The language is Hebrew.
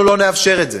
אנחנו לא נאפשר את זה.